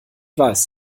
weiß